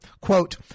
Quote